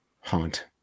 haunt